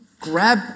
grab